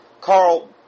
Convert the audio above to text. Carl